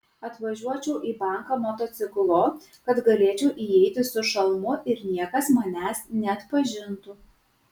atvažiuočiau į banką motociklu kad galėčiau įeiti su šalmu ir niekas manęs neatpažintų